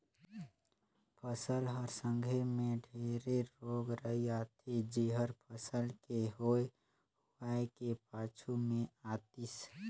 फसल हर संघे मे ढेरे रोग राई आथे जेहर फसल के होए हुवाए के पाछू मे आतिस